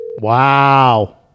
Wow